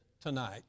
tonight